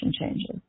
changes